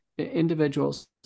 individuals